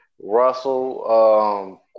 Russell